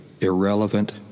irrelevant